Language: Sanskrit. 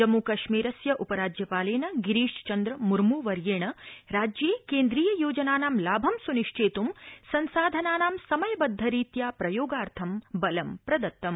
जम्मूकश्मीरस्य उपराज्यपालेन गिरीश चन्द मुर्मवर्येण राज्ये केन्द्रीय योजनानां लाभं सुनिश्चेत् संसाधनानां समयबद्धरीत्या प्रयोगार्थं बलं प्रदत्तम्